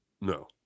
No